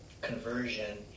conversion